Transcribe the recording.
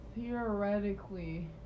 theoretically